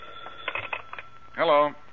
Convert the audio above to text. Hello